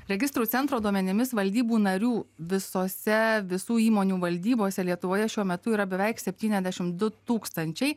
registrų centro duomenimis valdybų narių visose visų įmonių valdybose lietuvoje šiuo metu yra beveik septyniasdešim du tūkstančiai